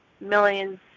millions